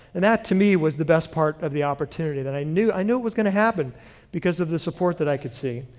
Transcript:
and that to me was the best part of the opportunity. i knew i knew it was going to happen because of the support that i could see.